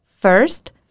First